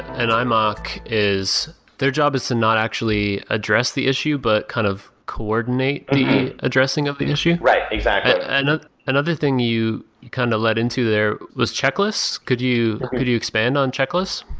an imoc is their job is to not actually address the issue, but kind of coordinate the addressing of the issue? right, exactly and another thing you kind of led into there was checklists. could you could you expand on checklists?